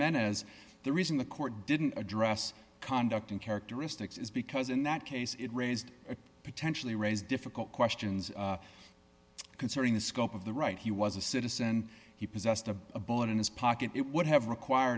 men as the reason the court didn't address conduct in characteristics is because in that case it raised a potentially raise difficult questions concerning the scope of the right he was a citizen he possessed a bullet in his pocket it would have require